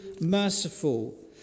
merciful